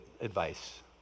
advice